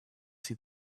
see